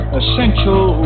essential